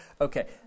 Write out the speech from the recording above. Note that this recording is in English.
Okay